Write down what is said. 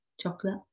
chocolate